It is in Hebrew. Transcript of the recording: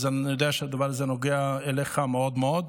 אני יודע שהדבר הזה נוגע לו מאוד מאוד.